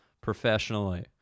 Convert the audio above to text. professionally